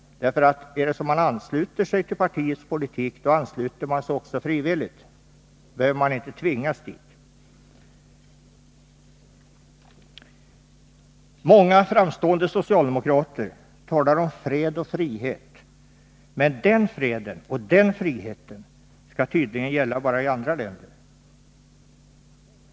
Om man ansluter sig till partiets politik, ansluter man sig frivilligt och behöver inte tvingas därtill. Många framstående socialdemokrater talar om fred och frihet, men den freden och den friheten skall tydligen bara gälla i andra länder.